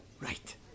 Right